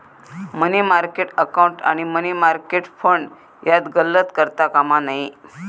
मनी market account आणि money market fund यात गल्लत करता कामा नये